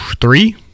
three